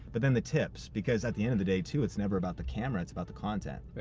but then the tips, because at the end of the day, too, it's never about the camera, it's about the content.